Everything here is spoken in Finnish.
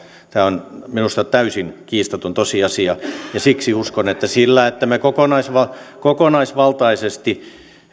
tämä on minusta täysin kiistaton tosiasia ja siksi uskon että jos me kokonaisvaltaisesti